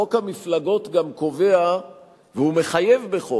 חוק המפלגות גם קובע והוא מחייב בחוק